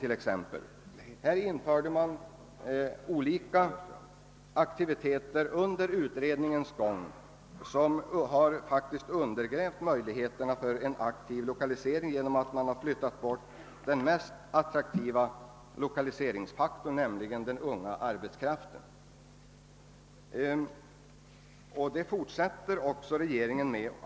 På denna punkt infördes olika aktiviteter under utredningens gång, vilka faktiskt undergrävt möjligheterna till en aktiv lokalisering genom att de inneburit ett bortflyttande av den mest aktiva lokaliseringsfaktorn, nämligen den unga arbetskraften. Regeringen fortsätter också härmed.